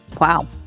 wow